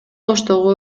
оштогу